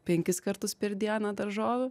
penkis kartus per dieną daržovių